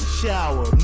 shower